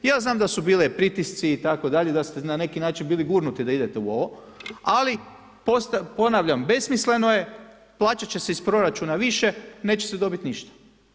Ja znam da su bili pritisci itd. i da ste na neki način bili gurnuti da idete u ovo, ali ponavljam, besmisleno je, plaćati će se iz proračuna više, neće se dobiti ništa.